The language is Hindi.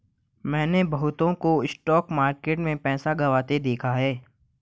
मैंने बहुतों को स्टॉक मार्केट में पैसा गंवाते देखा हैं